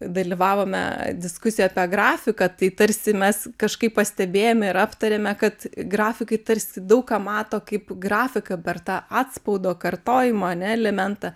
dalyvavome diskusijoj apie grafiką tai tarsi mes kažkaip pastebėjome ir aptarėme kad grafikai tarsi daug ką mato kaip grafiką per tą atspaudo kartojimo ane elementą